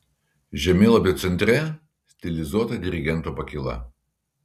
žemėlapio centre stilizuota dirigento pakyla